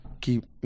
keep